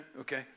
Okay